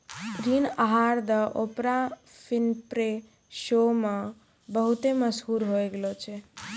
ऋण आहार the Oprah Winfrey show मे बहुते मशहूर होय गैलो छलै